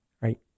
right